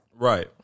Right